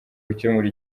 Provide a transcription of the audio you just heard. gukemura